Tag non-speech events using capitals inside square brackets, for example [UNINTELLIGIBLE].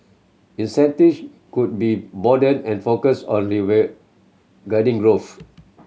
[UNINTELLIGIBLE] could be broadened and focused on [UNINTELLIGIBLE] growth